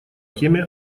теме